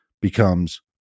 becomes